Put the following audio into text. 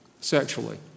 sexually